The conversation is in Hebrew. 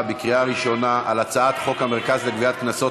בקריאה ראשונה על הצעת חוק המרכז לגביית קנסות,